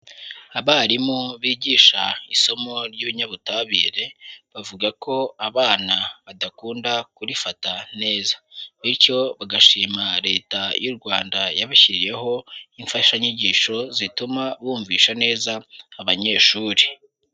Abarimu bigisha isomo ry'ibinyabutabire bavuga ko abana badakunda kurifata neza, bityo bagashima leta y'u Rwanda yabashyiriyeho imfashanyigisho zituma bumvisha neza abanyeshuri.